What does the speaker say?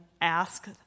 ask